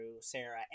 Sarah